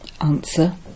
Answer